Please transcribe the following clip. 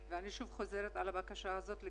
אנחנו חושבים שכרגע לא נכון סביב הנושא הזה של